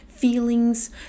feelings